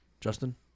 Justin